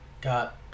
got